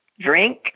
drink